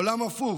עולם הפוך.